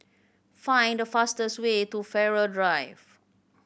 find the fastest way to Farrer Drive